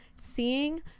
seeing